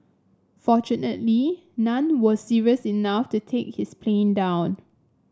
fortunately none were serious enough to take his plane down